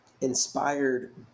inspired